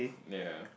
ya